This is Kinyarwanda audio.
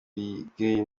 bigeye